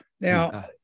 Now